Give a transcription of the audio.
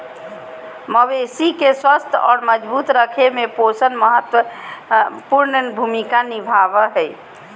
मवेशी के स्वस्थ और मजबूत रखय में पोषण महत्वपूर्ण भूमिका निभाबो हइ